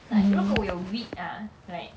like 如果有 wheat ah like